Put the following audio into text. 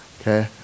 Okay